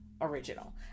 original